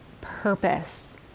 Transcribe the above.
purpose